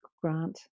Grant